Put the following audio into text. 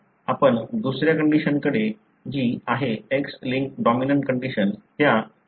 आपण दुसऱ्या कंडिशनकडे जी आहे X लिंक्ड डॉमिनंट कंडिशन त्या स्थितीकडे पाहू